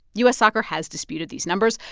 u s. soccer has disputed these numbers.